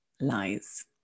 lies